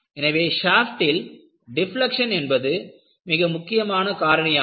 எனவே ஷாப்ட்டில் டிப்லக்க்ஷன் என்பது மிக முக்கியமான காரணியாகும்